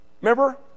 Remember